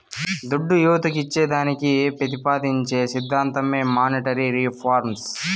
దుడ్డు యువతకు ఇచ్చేదానికి పెతిపాదించే సిద్ధాంతమే మానీటరీ రిఫార్మ్